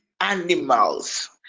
animals